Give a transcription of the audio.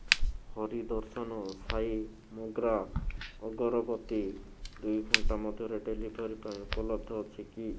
ହରିଦର୍ଶନ ସାଇ ମୋଗ୍ରା ଅଗରବତୀ ଦୁଇ ଘଣ୍ଟା ମଧ୍ୟରେ ଡେଲିଭରି ପାଇଁ ଉପଲବ୍ଧ ଅଛି କି